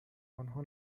آنها